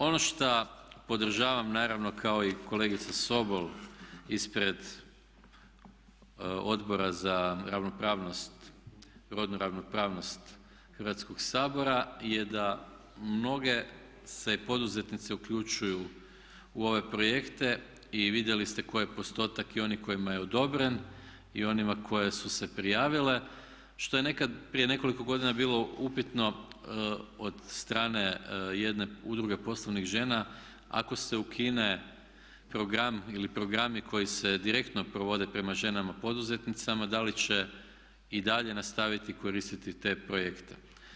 Ono šta podražavam naravno kao i kolegica Sobol ispred Odbora za ravnopravnost, rodu ravnopravnost Hrvatskog sabora je da mnoge se poduzetnice uključuju u ove projekte i vidjeli ste koji je postotak i onih kojima je odobren i onima koji su se prijavile što je nekad prije nekoliko godina bilo upitno od strane jedne udruge poslovnih žena, ako se ukine program ili programi koji se direktno provode prema ženama poduzetnicama da li će i dalje nastaviti koristiti te projekte?